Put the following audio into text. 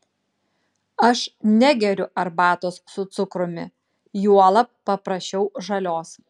aš negeriu arbatos su cukrumi juolab paprašiau žalios